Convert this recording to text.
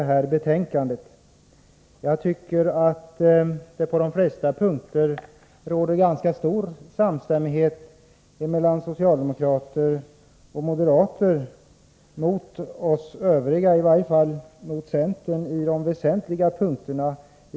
På de flesta punkterna tycker jag att det råder ganska stor samstämmighet mellan socialdemokraterna och moderaterna gentemot oss övriga, i varje fall gentemot centern.